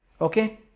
okay